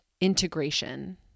integration